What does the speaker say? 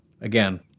again